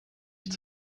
sich